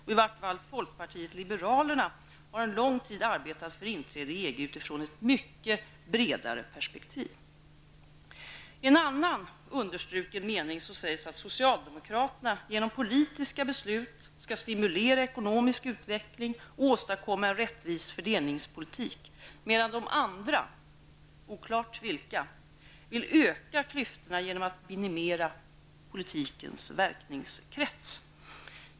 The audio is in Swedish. I varje fall har folkpartiet liberalerna en lång tid arbetat för inträde i EG utifrån ett mycket bredare perspektiv. I en annan understruken mening sägs att socialdemokraterna genom politiska beslut skall stimulera ekonomisk utveckling och åstadkomma en rättvis fördelningspolitik, medan de andra -- oklart vilka -- vill öka klyftorna genom att minimera politikens verkningskrets.